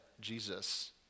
Jesus